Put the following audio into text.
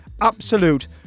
absolute